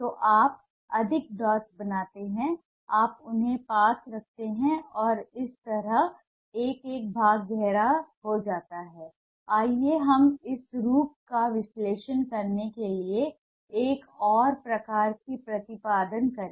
तो आप अधिक डॉट्स बनाते हैं आप उन्हें पास रखते हैं और इस तरह एक भाग गहरा हो जाता है आइए हम इस रूप का विश्लेषण करने के लिए एक और प्रकार का प्रतिपादन करें